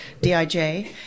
DIJ